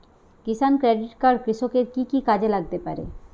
কিষান credit card কৃষকের কি কি কাজে লাগতে পারে?